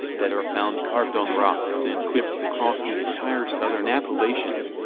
that are found carved on rocks and cliffs across the entire southern appalachians,